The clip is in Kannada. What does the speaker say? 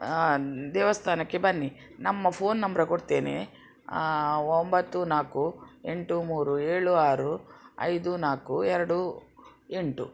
ದೇವಸ್ಥಾನಕ್ಕೆ ಬನ್ನಿ ನಮ್ಮ ಫೋನ್ ನಂಬ್ರ ಕೊಡ್ತೇನೆ ಒಂಬತ್ತು ನಾಕು ಎಂಟು ಮೂರು ಏಳು ಆರು ಐದು ನಾಕು ಎರಡು ಎಂಟು